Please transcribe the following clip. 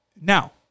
Now